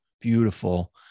beautiful